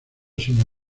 sino